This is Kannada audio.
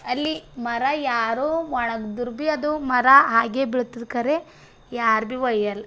ಅಲ್ಲಿ ಮರ ಯಾರೋ ಒಣಗಿದ್ರೂ ಬಿ ಅದು ಮರ ಹಾಗೆಯೇ ಬೀಳ್ತದೆ ಖರೆ ಯಾರು ಬಿ ಒಯ್ಯಲ್ಲ